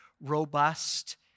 robust